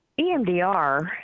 EMDR